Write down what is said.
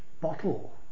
bottle